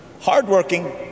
Hardworking